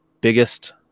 biggest